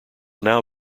now